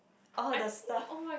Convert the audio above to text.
all the stuff